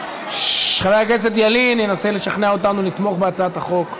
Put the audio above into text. חבר הכנסת ילין ינסה לשכנע אותנו לתמוך בהצעת החוק,